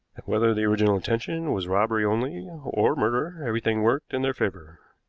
whether the original intention was robbery only or murder, everything worked in their favor.